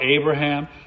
Abraham